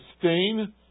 sustain